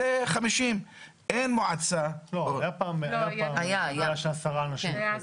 המספר הוא 50. היה פעם 10 אנשים.